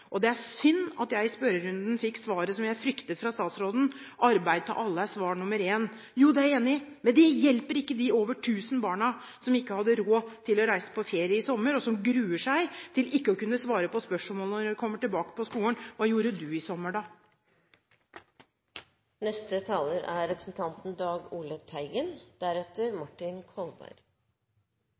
Og det er synd at jeg i spørrerunden fikk det svaret jeg fryktet, fra statsråden: Arbeid til alle er svar nr. én. Ja, det er jeg enig i. Men det hjelper ikke de over 1 000 barna som ikke har råd til å reise på ferie i sommer, og som gruer seg til ikke å kunne svare på spørsmålet når de kommer tilbake på skolen: Hva gjorde du i sommer, da?